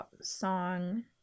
song